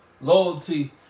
loyalty